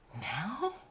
Now